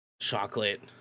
chocolate